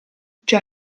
già